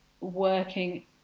working